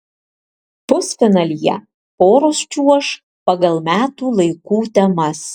pusfinalyje poros čiuoš pagal metų laikų temas